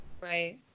Right